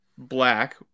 black